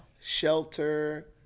shelter